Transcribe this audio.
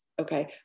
Okay